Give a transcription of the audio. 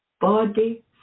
Body